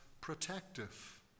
protective